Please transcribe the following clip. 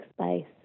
space